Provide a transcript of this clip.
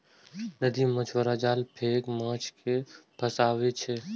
नदी मे मछुआरा जाल फेंक कें माछ कें फंसाबै छै